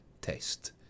test